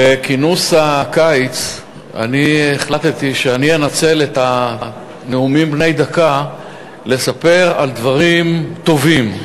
בכנס הקיץ החלטתי שאני אנצל את הנאומים בני דקה לספר על דברים טובים,